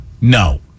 No